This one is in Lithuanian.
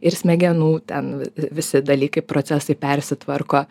ir smegenų ten visi dalykai procesai persitvarko